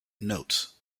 notes